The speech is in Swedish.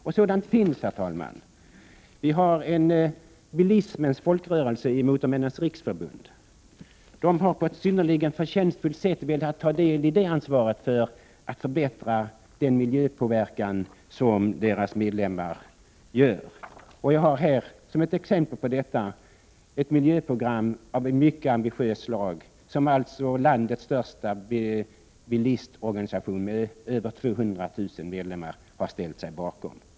Och sådant finns, herr talman. Vi har en bilismens folkrörelse i Motormännens riksförbund. Motormännen har på ett synnerligen förtjänstfullt sätt velat ta del i ansvaret för den miljöpåverkan som medlemmarna utövar. Jag har här ett exempel på detta, ett miljöprogram av mycket ambitiöst slag, som landets största bilistorganisation med över 200 000 medlemmar har ställt sig bakom.